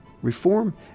Reform